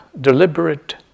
deliberate